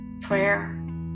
prayer